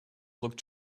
looked